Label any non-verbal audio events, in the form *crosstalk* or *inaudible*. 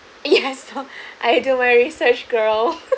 yes *laughs* I do my research girl *laughs*